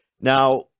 now